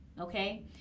okay